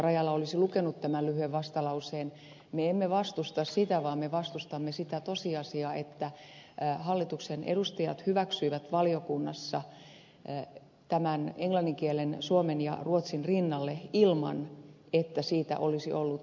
rajala olisi lukenut tämän lyhyen vastalauseen me emme vastusta sitä vaan me vastustamme sitä tosiasiaa että hallituksen edustajat hyväksyivät valiokunnassa englannin kielen suomen ja ruotsin rinnalle ilman että siitä olisi ollut yksimielisiä asiantuntijalausuntoja